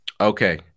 okay